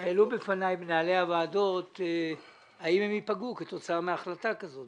העלו בפני מנהלי הוועדות האם הם ייפגעו כתוצאה מההחלטה הזאת.